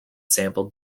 sampled